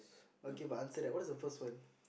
okay but answer that what is the first one